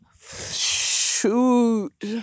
Shoot